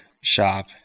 shop